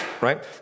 right